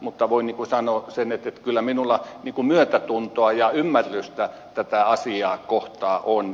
mutta voin sanoa sen että kyllä minulla myötätuntoa ja ymmärtämystä tätä asiaa kohtaan on